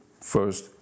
first